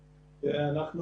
(שקף: "נחשול בריא" מרכיבי התוכנית).